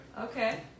Okay